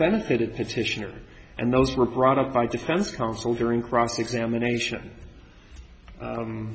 benefited petitioner and those were brought up by defense counsel